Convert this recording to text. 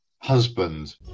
husband